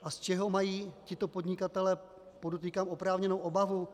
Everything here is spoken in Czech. A z čeho mají tito podnikatelé, podotýkám, oprávněnou obavu?